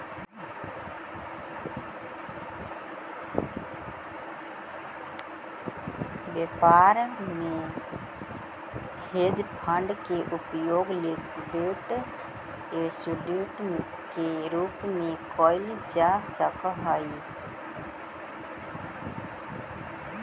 व्यापार में hedge fund के उपयोग लिक्विड एसिड के रूप में कैल जा सक हई